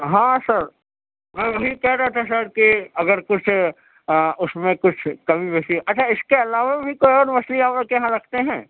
ہاں سر میں وہی کہہ رہا تھا سر کہ اگر کچھ اس میں کچھ کمی بیشی اچھا اس کے علاوہ بھی کوئی اور مچھلی آپ کے یہاں رکھتے ہیں